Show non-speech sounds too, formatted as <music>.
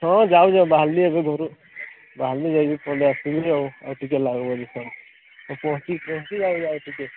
ହଁ ଯାଉଛି ଯାଉଛି ବାହାରିଲି ଏବେ ଘରୁ ବାହାରିଲି ଯାଇକି <unintelligible> ଆଉ ଆଉ ଟିକେ ଲାଗବ ଦେଖିଆ ହଁ ପହଞ୍ଚିଲି ପହଞ୍ଚିଲି ଆଉ ଟିକେ